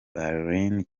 bahrain